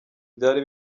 byari